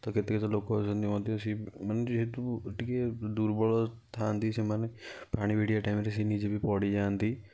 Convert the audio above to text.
ତ କେତେ କେତେ ଲୋକ ଅଛନ୍ତି ମଧ୍ୟ ସେ ମାନେ ଯେହେତୁ ଟିକେ ଦୁର୍ବଳ ଥାଆନ୍ତି ସେମାନେ ପାଣି ଭିଡ଼ବା ଟାଇମ୍ରେ ସେ ନିଜେ ବି ପଡ଼ିଯାଆନ୍ତି